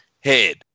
head